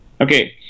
okay